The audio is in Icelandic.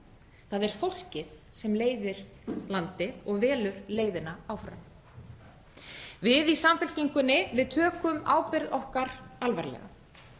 Það er fólkið sem leiðir landið og velur leiðina áfram. Við í Samfylkingunni tökum ábyrgð okkar alvarlega